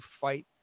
fight